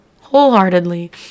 wholeheartedly